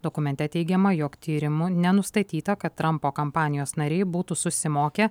dokumente teigiama jog tyrimu nenustatyta kad trampo kampanijos nariai būtų susimokę